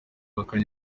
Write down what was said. bambaye